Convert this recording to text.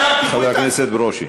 חבר הכנסת ברושי.